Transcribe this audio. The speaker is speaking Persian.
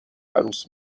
عروس